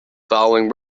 following